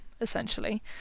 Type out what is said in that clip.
essentially